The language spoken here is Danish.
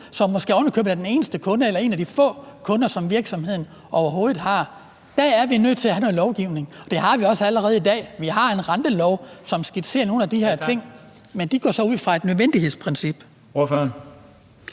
som måske ovenikøbet er den eneste kunde eller en af de få kunder, som virksomheden overhovedet har. Der er vi nødt til at have noget lovgivning. Det har vi også allerede i dag. Vi har en rentelov, som skitserer nogle af de her ting, men de går så ud fra et nødvendighedsprincip.